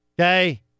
Okay